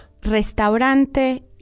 Restaurante